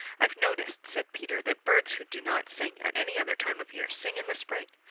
i've noticed, said peter, that birds who do not sing at any other time of year sing in the spring.